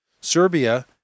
Serbia